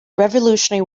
revolutionary